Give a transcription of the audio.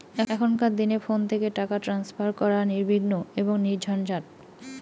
এখনকার দিনে ফোন থেকে টাকা ট্রান্সফার করা নির্বিঘ্ন এবং নির্ঝঞ্ঝাট